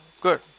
good